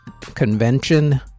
Convention